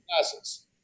classes